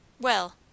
Well